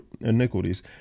iniquities